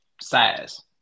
size